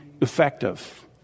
effective